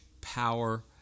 power